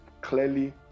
clearly